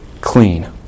clean